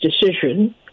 decision